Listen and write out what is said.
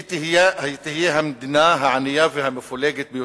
היא תהיה המדינה הענייה והמפולגת יותר.